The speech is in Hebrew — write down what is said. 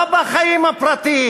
לא בחיים הפרטיים.